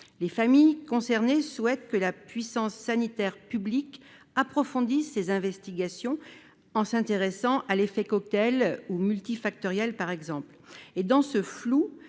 Les familles concernées souhaitent que la puissance sanitaire publique approfondisse ses investigations en s'intéressant à l'effet cocktail ou multifactoriel, par exemple. Dans ce flou,